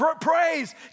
Praise